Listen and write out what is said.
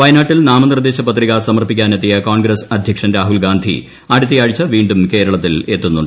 വയനാട്ടിൽ നാമനിർദ്ദേശ പത്രിക സമർപ്പി ക്കാനെത്തിയ കോൺഗ്രസ്സ് അധ്യക്ഷൻ രാഹുൽ ഗാന്ധി അടുത്ത ആഴ്ച വീണ്ടും കേരളത്തിൽ എത്തുന്നുണ്ട്